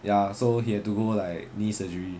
ya so he had to go like knee surgery